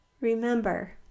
Remember